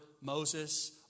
Moses